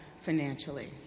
financially